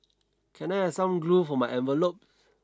can I have some glue for my envelopes